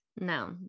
no